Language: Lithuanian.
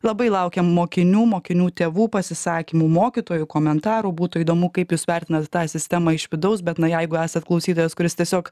labai laukiam mokinių mokinių tėvų pasisakymų mokytojų komentarų būtų įdomu kaip jūs vertinat tą sistemą iš vidaus bet na jeigu esat klausytojas kuris tiesiog